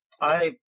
I